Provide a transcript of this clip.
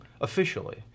officially